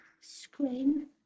screen